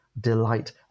delight